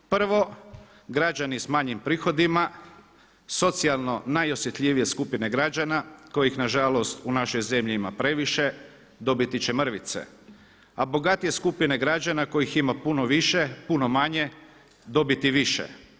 Prvo, građani s manjim prihodima, socijalno najosjetljivije skupine građana kojih nažalost u našoj zemlji ima previše, dobiti će mrvice, a bogatije skupine građana kojih ima puno manje dobiti više.